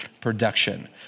production